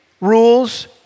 rules